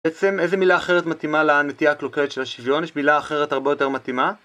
בעצם איזה מילה אחרת מתאימה לנטייה הקלוקלת של השוויון? יש מילה אחרת הרבה יותר מתאימה?